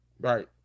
right